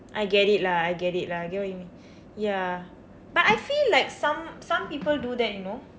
I get it lah I get it lah I get what you mean ya but I feel like some some people do that you know